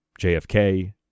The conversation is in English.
JFK